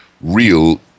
real